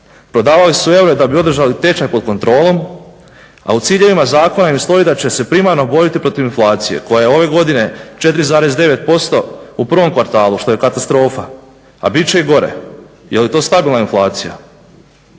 prodavali su eure da bi održali tečaj pod kontrolom, a u ciljevima zakona im stoji da će se primarno boriti protiv inflacije koja je ove godine 4,9% u prvom kvartalu što je katastrofa, a bit će i gore. Jeli to stabilna inflacija?